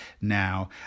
now